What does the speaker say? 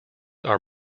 are